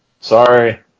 Sorry